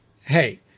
hey